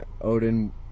Odin